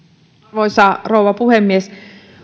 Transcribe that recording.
arvoisa rouva puhemies